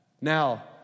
now